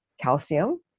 calcium